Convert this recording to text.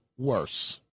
worse